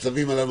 הצווים הללו